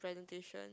presentation